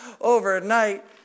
overnight